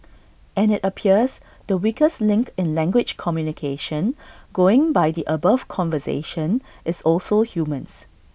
and IT appears the weakest link in language communication going by the above conversation is also humans